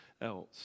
else